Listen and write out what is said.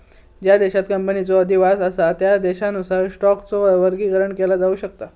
ज्या देशांत कंपनीचो अधिवास असा त्या देशानुसार स्टॉकचो वर्गीकरण केला जाऊ शकता